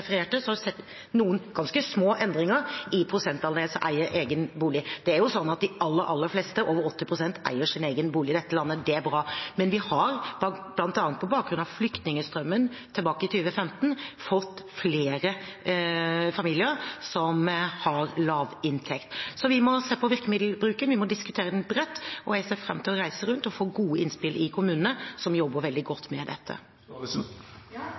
refererte, er det noen ganske små endringer i prosentandelen som eier egen bolig. Det er sånn at de aller fleste, over 80 pst., eier sin egen bolig i dette landet. Det er bra. Men vi har, bl.a. på bakgrunn av flyktningstrømmen tilbake i 2015, fått flere familier som har lav inntekt. Så vi må se på virkemiddelbruken. Vi må diskutere den bredt. Jeg ser fram til å reise rundt og få gode innspill i kommunene, som jobber veldig godt med dette.